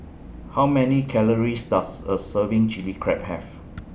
How Many Calories Does A Serving Chilli Crab Have